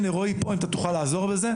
רועי אם תוכל לעזור בזה,